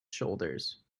shoulders